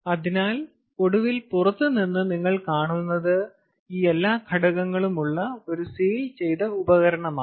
അതിനാൽ ഒടുവിൽ പുറത്ത് നിന്ന് നിങ്ങൾ കാണുന്നത് ഈ എല്ലാ ഘടകങ്ങളും ഉള്ള ഒരു സീൽ ചെയ്ത ഉപകരണമാണ്